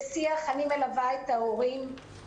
אני מלווה את ההורים.